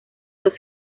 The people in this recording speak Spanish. los